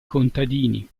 contadini